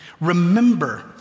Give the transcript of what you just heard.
Remember